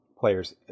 players